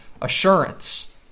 assurance